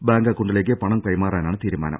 bank അക്കൌ ണ്ടിലേക്ക് പണം കൈമാറാനാണ് തീരുമാനം